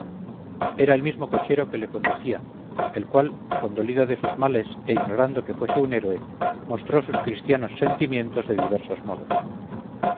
era el mismo cochero que le conducía el cual condolido de sus males e ignorando que fuese un héroe mostró sus cristianos sentimientos de diversos modos